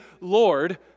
Lord